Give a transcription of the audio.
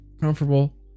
comfortable